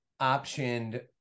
optioned